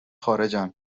خارجن